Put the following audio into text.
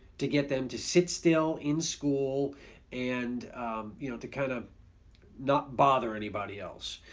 to get them to sit still in school and you know to kind of not bother anybody else,